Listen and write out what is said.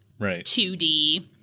2D